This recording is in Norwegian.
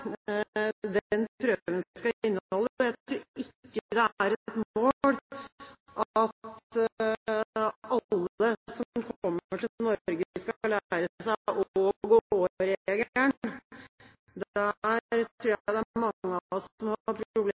skal inneholde. Jeg tror ikke det er et mål at alle som kommer til Norge, skal lære seg og/å-regelen, der tror jeg det er mange av oss som har